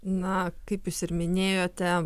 na kaip jūs ir minėjote